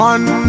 One